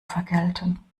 vergelten